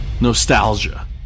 Nostalgia